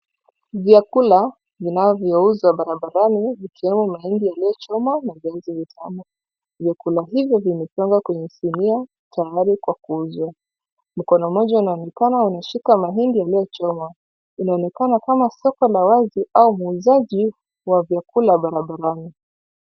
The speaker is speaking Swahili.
Vyakula vinavyouzwa barabarani, vikiwemo mahindi yaliyochomwa na viazi vitamu. Vyakula hivi vimepangwa kenye sinia tayari kwa kuuzwa. Mkono mmoja unaonekana umeshika mahindi iliyo chomwa. Inaonekana kama soko la wazi au muuzaji wa chakula barabarani.